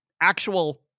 actual